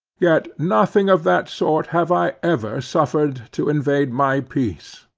yet nothing of that sort have i ever suffered to invade my peace.